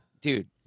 dude